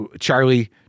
Charlie